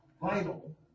vital